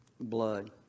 blood